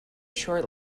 short